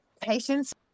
patience